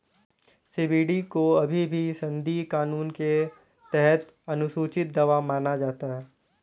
CBD को अभी भी संघीय कानून के तहत अनुसूची दवा माना जाता है